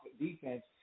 defense